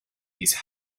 these